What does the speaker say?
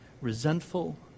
resentful